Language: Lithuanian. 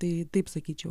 tai taip sakyčiau